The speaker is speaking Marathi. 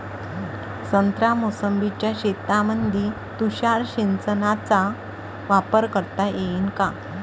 संत्रा मोसंबीच्या शेतामंदी तुषार सिंचनचा वापर करता येईन का?